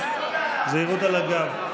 זהירות על הגב.